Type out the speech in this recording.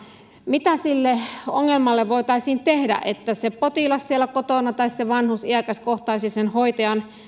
mitä sille ongelmalle voitaisiin tehdä että se potilas siellä kotona tai se iäkäs vanhus kohtaisi sen hoitajan ja